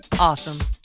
awesome